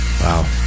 Wow